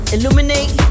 Illuminate